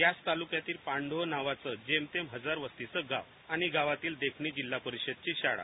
याच तालुक्यातील पांडव नावाचं जेमतेम हजार वस्तीचं आणि गावातील देखना जिल्हा परिषदची शाळा